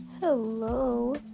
Hello